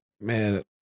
man